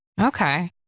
Okay